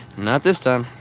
not this time.